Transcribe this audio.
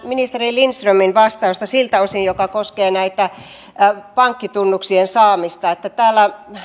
ministeri lindströmin vastausta siltä osin joka koskee pankkitunnuksien saamista että täällä